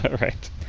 right